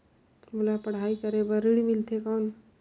मोला पढ़ाई करे बर ऋण मिलथे कौन?